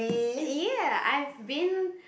ya I've been